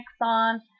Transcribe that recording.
on